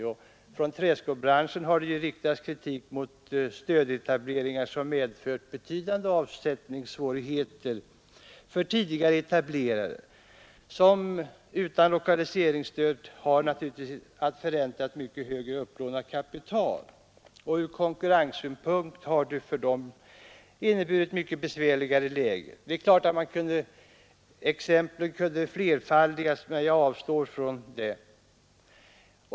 Från träskobranschen har riktats kritik mot stödetableringar som medfört betydande avsättningssvårigheter för tidigare etablerade företag, som utan lokaliseringsstöd naturligtvis har att förränta ett mycket större upplånat kapital. Ur konkurrenssynpunkt har detta för dem inneburit ett mycket besvärligare läge. Exemplen kunde flerfaldigas, men jag avstår från det.